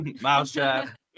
Mousetrap